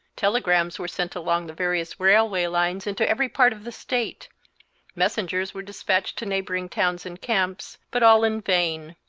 telegrams were sent along the various railway lines into every part of the state messengers were despatched to neighboring towns and camps, but all in vain.